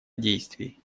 действий